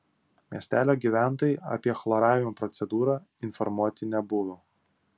miestelio gyventojai apie chloravimo procedūrą informuoti nebuvo